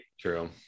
True